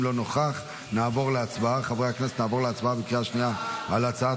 נעבור להצבעה בקריאה השנייה על הצעת